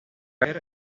caer